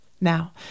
Now